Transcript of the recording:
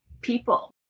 people